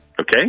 Okay